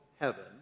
heaven